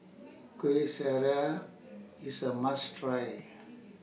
Kueh Syara IS A must Try